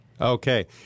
Okay